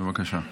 בבקשה.